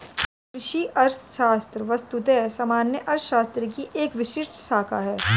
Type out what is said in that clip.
कृषि अर्थशास्त्र वस्तुतः सामान्य अर्थशास्त्र की एक विशिष्ट शाखा है